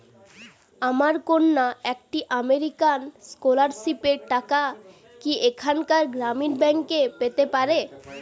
আমার কন্যা একটি আমেরিকান স্কলারশিপের টাকা কি এখানকার গ্রামীণ ব্যাংকে পেতে পারে?